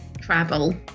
travel